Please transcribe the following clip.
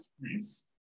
Nice